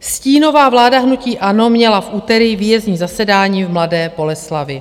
Stínová vláda hnutí ANO měla v úterý výjezdní zasedání v Mladé Boleslavi.